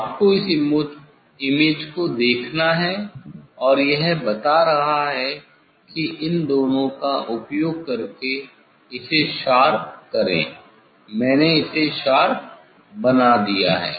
आपको इस इमेज को देखना है और यह बता रहा है कि इन दोनों का उपयोग करके इसे शार्प करें मैंने इसे शार्प बना दिया है